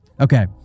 Okay